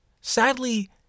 Sadly